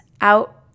out